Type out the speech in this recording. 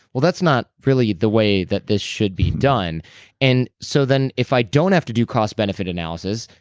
well, that's not really the way that this should be done and so then if i don't have to do cost benefit analysis,